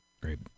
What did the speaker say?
Great